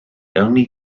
only